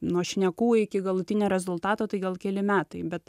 nuo šnekų iki galutinio rezultato tai gal keli metai bet